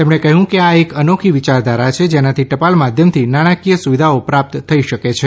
તેમણે કહ્યું કે આ એક અનોખી વિચારધારા છે જેનાથી ટપાલ માધ્યમથી નાણાકીય સુવિધાઓ પ્રાપ્ત થઇ શકે છે